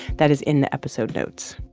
that is in the episode notes